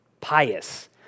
pious